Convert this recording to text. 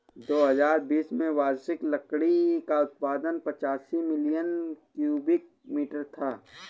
दो हजार बीस में वार्षिक लकड़ी का उत्पादन पचासी मिलियन क्यूबिक मीटर था